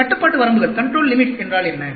இந்த கட்டுப்பாடு வரம்புகள் என்றால் என்ன